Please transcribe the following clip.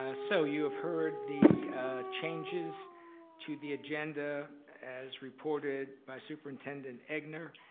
ah so you have heard the changes to the agenda as reported by superintendent egnor.